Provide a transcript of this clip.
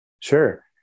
Sure